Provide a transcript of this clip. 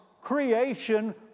creation